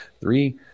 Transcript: Three